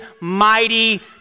mighty